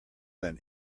than